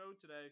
today